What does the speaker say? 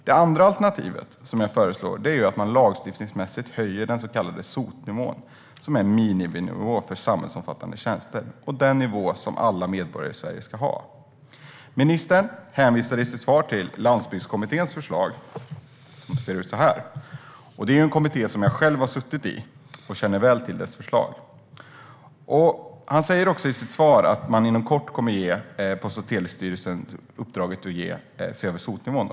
Det andra alternativet som jag föreslår är att man lagstiftningsmässigt höjer den så kallade SOT-nivån, som är en miniminivå för samhällsomfattande tjänster. Det är den nivå som alla medborgare i Sverige ska ha. Ministern hänvisar i sitt svar till Landsbygdskommitténs förslag - jag håller upp betänkandet här. Det är en kommitté som jag själv har suttit i, och jag känner till dess förslag väl. Ministern säger också i sitt svar att man inom kort kommer att ge Post och telestyrelsen i uppdrag att se över SOT-nivån.